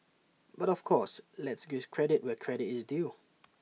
but of course let's give credit where credit is due